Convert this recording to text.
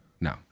no